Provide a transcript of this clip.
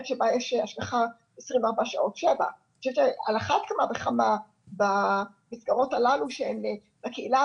שבה יש השגחה 24/7. על אחת כמה וכמה במסגרות הללו שהם בקהילה,